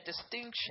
distinction